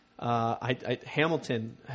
Hamilton